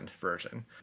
version